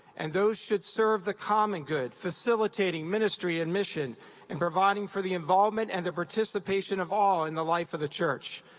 and those should serve the common good, facilitating ministry and mission and providing for the involvement and the participation of all in the life of the church.